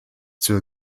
zur